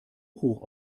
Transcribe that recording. hoch